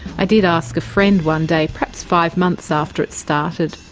i did ask a friend one day, perhaps five months after it started.